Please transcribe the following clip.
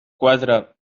quatre